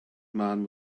man